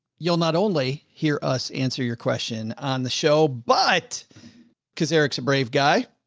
you'll not only hear us answer your question on the show, but because eric's a brave guy.